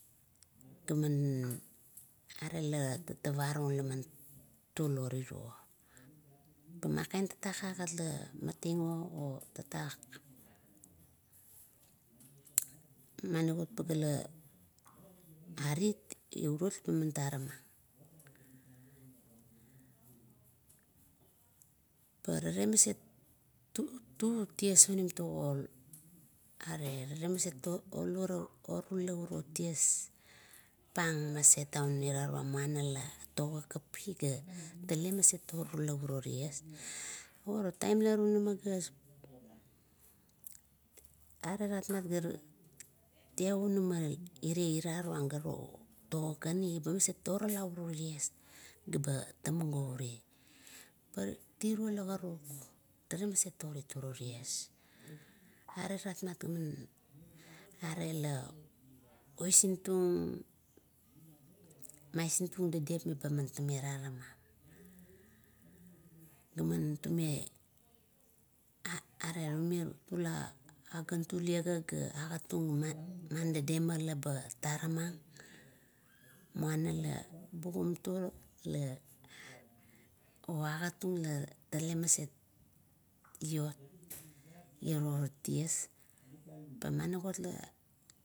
To maning no, are laman tatavarung la man tulo riro, paman talak agat lamating o, otatak maniguot pageala arit, ebet man taramang. Parare maset to ties ming tago, are tala maset orula uro ties pang un irarung mauna la, to kapi ga ta te maset orula uro ties. Otaim la tunama ga, are fapmat tia unama ire ira rung ba maset orala uro ties, pa tiro la karuk, tale maset orit urio ties. Are rapmat gare oisintung maisintung dadep meba man taramam gaman tume are tula agantulia gan, agat tung man dedema laba taramang. Muana la bugam tuo la, ogat tung la tale maset oit iro tis, pamanigot